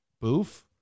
boof